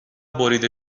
بریده